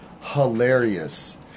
hilarious